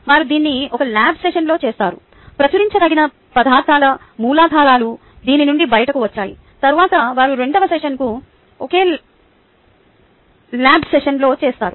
వారు దీన్ని ఒకే ల్యాబ్ సెషన్లో చేస్తారు ప్రచురించదగిన పదార్థాల మూలాధారాలు దీని నుండి బయటకు వచ్చాయి తరువాత వారు రెండవ సెషన్కు ఒకే ల్యాబ్ సెషన్లో చేస్తారు